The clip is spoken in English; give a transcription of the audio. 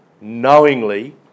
knowingly